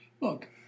Look